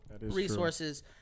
resources